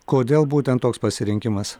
kodėl būtent toks pasirinkimas